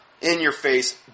in-your-face